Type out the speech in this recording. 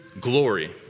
glory